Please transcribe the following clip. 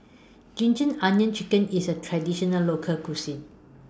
Ginger Onions Chicken IS A Traditional Local Cuisine